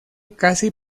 casi